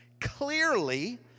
Clearly